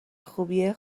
خوبیه